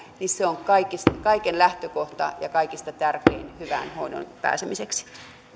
on kaiken lähtökohta ja kaikista tärkein hyvään hoitoon pääsemiseksi